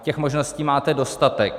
Těch možností máte dostatek.